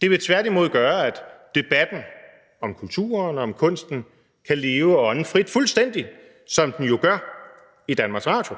Det vil tværtimod gøre, at debatten om kulturen og kunsten kan leve og ånde frit, fuldstændig som den jo gør i Danmarks Radio,